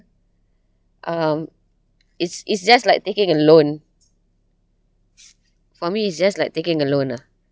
um it's it's just like taking a loan for me is just like taking a loan lah